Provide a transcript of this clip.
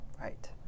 Right